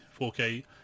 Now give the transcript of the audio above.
4K